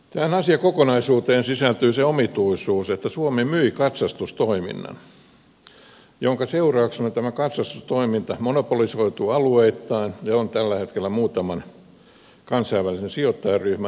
tähän asiakokonaisuuteen sisältyy se omituisuus että suomi myi katsastustoiminnan minkä seurauksena tämä katsastustoiminta monopolisoitui alueittain ja on tällä hetkellä muutaman kansainvälisen sijoittajaryhmän hallussa